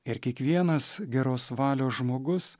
ir kiekvienas geros valios žmogus